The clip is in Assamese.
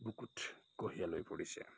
বুকুত কঢ়িয়াই লৈ ফুৰিছে